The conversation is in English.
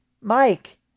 Mike